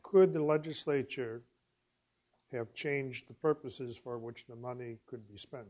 could the legislature have changed the purposes for which the money